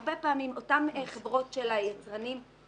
הרבה פעמים אותן חברות של היצרנים של